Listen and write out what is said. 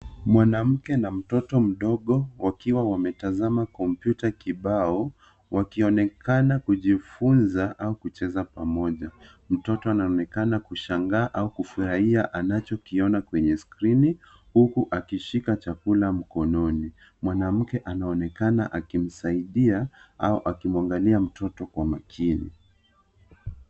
Mwanamke na mtoto mdogo wakiwa wametazama kompyuta kibao wakionekana kujifunza au kucheza pamoja. Mtoto anaonekana kushangaa au kufurahia anachokiona kwenye skrini huku akishika chakula mkononi. Mwanamke anaonekana akimsaidia au akimwangalia mtoto kwa makini.